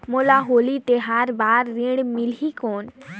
मोला होली तिहार बार ऋण मिलही कौन?